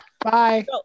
Bye